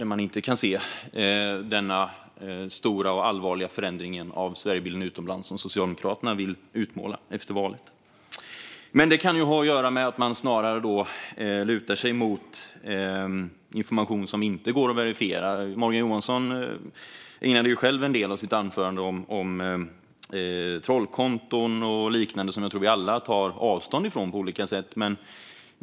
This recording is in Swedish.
De kan inte se den stora och allvarliga förändring av Sverigebilden utomlands efter valet som Socialdemokraterna vill utmåla. Detta kan ha att göra med att man lutar sig mot information som inte går att verifiera. Morgan Johansson ägnade ju en del av sitt anförande åt trollkonton och liknande, som jag tror att vi alla tar avstånd från på olika sätt.